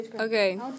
Okay